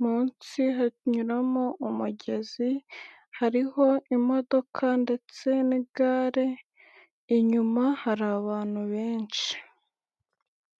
munsi hanyuramo umugezi, hariho imodoka ndetse n'igare, inyuma hari abantu benshi.